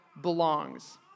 belongs